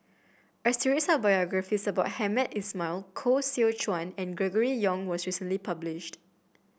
a series of biographies about Hamed Ismail Koh Seow Chuan and Gregory Yong was recently published